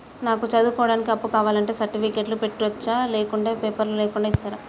నాకు చదువుకోవడానికి అప్పు కావాలంటే సర్టిఫికెట్లు పెట్టొచ్చా లేకుంటే పేపర్లు లేకుండా ఇస్తరా?